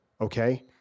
okay